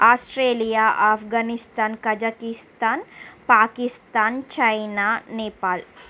Australia Afghanistan Kazakhstan Pakistan China Nepal